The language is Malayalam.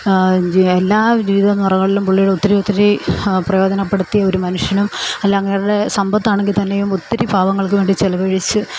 എല്ലാ ജീവിതനിലകളിലും പുള്ളി ഒത്തിരി ഒത്തിരി പ്രയോജനപ്പെടുത്തിയ ഒരു മനുഷ്യനും അല്ല അങ്ങേരുടെ സമ്പത്താണെങ്കിൽത്തന്നെയും ഒത്തിരി പാവങ്ങൾക്കു വേണ്ടി ചിലവഴിച്ച്